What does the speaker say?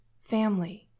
family